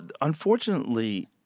unfortunately